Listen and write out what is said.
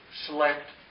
select